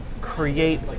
create